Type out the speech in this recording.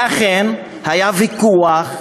ואכן היה ויכוח.